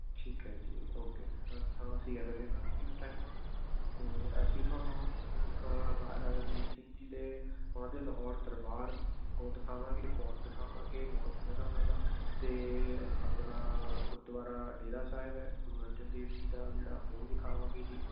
ਠੀਕ ਹੈ ਜੀ ਓਕੇ ਹਾਂਜੀ ਹਾਂ ਅਸੀਂ ਅਵੇਲੇਬਲ ਹੈ ਜੀ ਉਸ ਟਾਈਮ ਅਤੇ ਅਸੀਂ ਤੁਹਾਨੂੰ ਮਹਾਰਾਜਾ ਰਣਜੀਤ ਸਿੰਘ ਜੀ ਦੇ ਉਹਨਾਂ ਦੇ ਲਾਹੌਰ ਦਰਬਾਰ ਹੋਰ ਦਿਖਾਵਾਂਗੇ ਫੋਟ ਦਿਖਾਵਾਂਗੇ ਮੋਸਕ ਹੈ ਨਾ ਉਹਨਾਂ ਦਾ ਅਤੇ ਆਪਣਾ ਗੁਰਦੁਆਰਾ ਡੇਰਾ ਸਾਹਿਬ ਹੈ ਗੁਰੂ ਅਰਜਨ ਦੇਵ ਜੀ ਦਾ ਜਿਹੜਾ ਉਹ ਵਿਖਾਵਾਂਗੇ ਜੀ